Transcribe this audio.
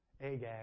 Agag